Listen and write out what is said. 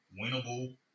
winnable